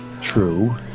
true